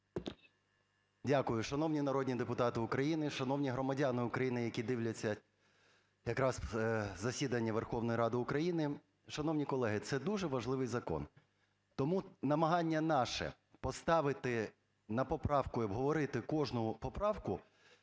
Дякую. Шановні народні депутати України, шановні громадяни України, які дивляться якраз засідання Верховної Ради України! Шановні колеги, це дуже важливий закон, тому намагання наше поставити на поправку і обговорити кожну поправку,